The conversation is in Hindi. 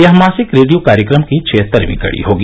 यह मासिक रेडियो कार्यक्रम की छिहत्तरवीं कड़ी होगी